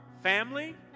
family